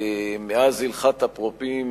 מאז הלכת אפרופים,